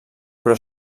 però